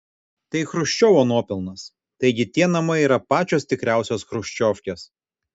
tai chruščiovo nuopelnas taigi tie namai yra pačios tikriausios chruščiovkės